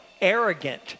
arrogant